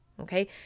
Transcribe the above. Okay